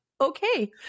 okay